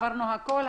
עברנו הכול,